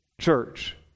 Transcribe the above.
church